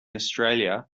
australia